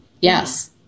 Yes